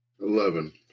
Eleven